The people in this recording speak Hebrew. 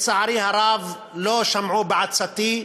לצערי הרב, לא שמעו בעצתי.